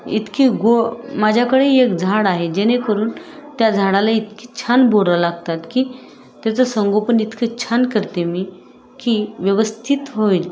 इतकी गो माझ्याकडे एक झाड आहे जेणेकरून त्या झाडाला इतकी छान बोरं लागतात की त्याचं संगोपन इतकं छान करते मी की व्यवस्थित होईल